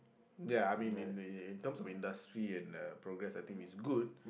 ya I mean in in in terms of industry and uh progress I think it's good